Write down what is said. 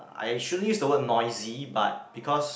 I should use the word noisy but because